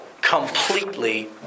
Completely